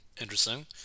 Interesting